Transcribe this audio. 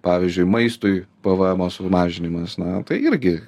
pavyzdžiui maistui pvmo sumažinimas na tai irgi